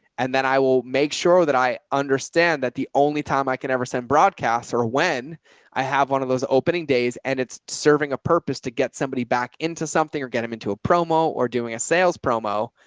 and then i will make sure that i understand that the only time i can ever send broadcasts are when i have one of those opening days. and it's serving a purpose to get somebody back into something or get them into a promo or doing a sales promo,